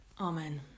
Amen